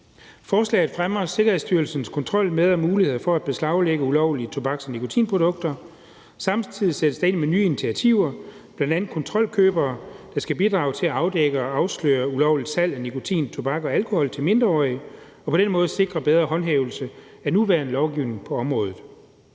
Forslaget fremmer Sikkerhedsstyrelsens kontrol med og muligheder for at beslaglægge ulovlige tobaks- og nikotinprodukter. Samtidig sættes der ind med nye initiativer, bl.a. kontrolkøbere, der skal bidrage til at afdække og afsløre ulovligt salg af nikotin, tobak og alkohol til mindreårige og på den måde sikre bedre håndhævelse af nuværende lovgivning på området.